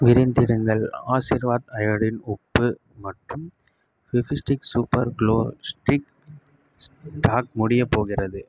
விரைந்திடுங்கள் ஆஷிர்வாத் அயோடின் உப்பு மற்றும் Fevistik super glue stick stock முடியப் போகிறது